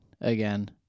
again